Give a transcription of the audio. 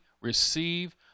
receive